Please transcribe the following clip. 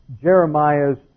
Jeremiah's